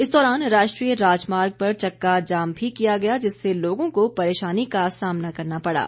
इस दौरान राष्ट्रीय राजमार्ग पर चक्का जाम भी किया गया जिससे लोगों को परेशानी का सामना करना पड़ा